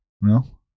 No